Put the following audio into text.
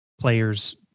players